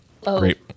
Great